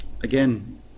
Again